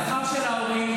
השכר של ההורים,